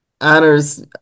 honors